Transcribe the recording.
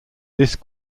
this